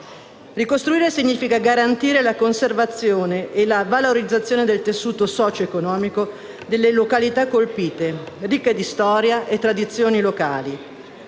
Ricostruire significa garantire la conservazione e la valorizzazione del tessuto socio-economico delle località colpite, ricche di storia e tradizioni locali.